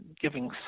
giving